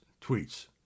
tweets